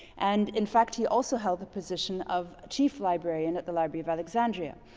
and in fact, he also held the position of chief librarian at the library of alexandria.